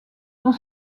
dont